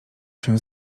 się